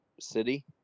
City